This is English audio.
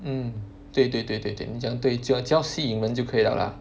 mm 对对对对对你讲的对就要吸引人就可以了 lah